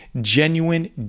genuine